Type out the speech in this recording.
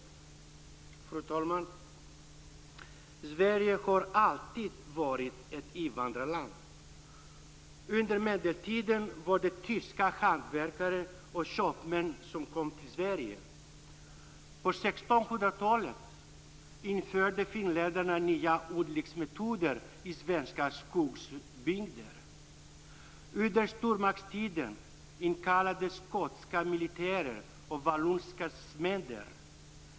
Fru talman! Sverige har alltid varit ett invandrarland. Under medeltiden var det tyska hantverkare och köpmän som kom till Sverige. På 1600-talet införde finländarna nya odlingsmetoder i svenska skogsbygder. Under stormaktstiden inkallades skotska militärer och vallonska smeder.